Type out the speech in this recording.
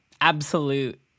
absolute